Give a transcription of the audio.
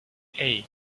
hey